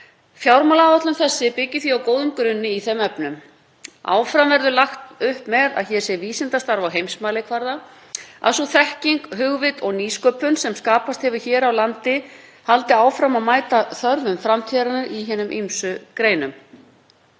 Fjármálaáætlun þessi byggir því á góðum grunni í þeim efnum. Áfram verður lagt upp með að hér sé vísindastarf á heimsmælikvarða, að sú þekking, hugvit og nýsköpun sem skapast hefur hér á landi haldi áfram að mæta þörfum framtíðarinnar í hinum ýmsu greinum.